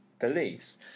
beliefs